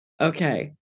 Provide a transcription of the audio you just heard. Okay